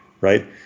right